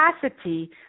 capacity